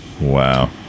wow